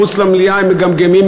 מחוץ למליאה הם מגמגמים,